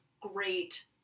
great